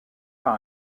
par